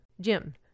Jim